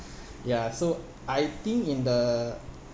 ya so I think in the